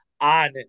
on